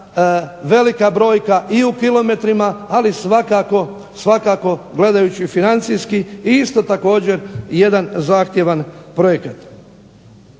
velika brojka i u km ali svakako gledajući financijski i isto također jedan zahtjevan projekata.